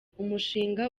umushinga